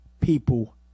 people